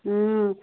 ம்